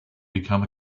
become